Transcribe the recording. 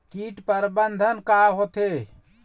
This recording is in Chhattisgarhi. कीट प्रबंधन का होथे?